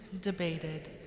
debated